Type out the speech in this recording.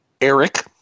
Eric